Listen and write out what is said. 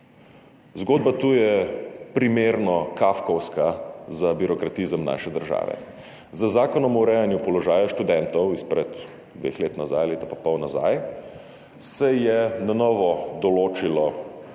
Zgodba tu je primerno kafkovska za birokratizem naše države. Z Zakonom o urejanju položaja študentov izpred dveh let nazaj, leto pa pol nazaj, se je na novo določilo